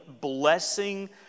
blessing